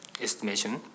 estimation